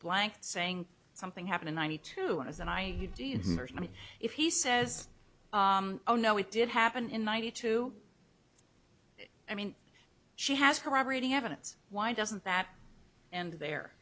blank saying something happened in ninety two and as and i mean if he says oh no it did happen in ninety two i mean she has her operating evidence why doesn't that and there